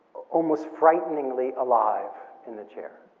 almost frighteningly alive in the chair.